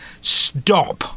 stop